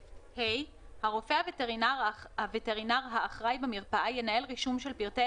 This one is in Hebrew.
(ה)הרופא הווטרינר האחראי במרפאה ינהל רישום של פרטי